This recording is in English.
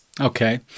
Okay